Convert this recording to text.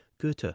Goethe